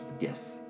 Yes